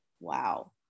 Wow